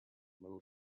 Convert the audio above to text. metal